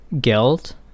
Geld